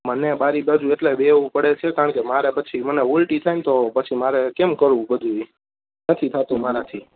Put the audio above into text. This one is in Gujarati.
મને મારી બાજુ એટલે બેસવું પડે છે કારણકે મારા પછી મને ઊલટી થાયને તો પછી મારે કેમ કરવું બધુંય નથી થાતું મારાથી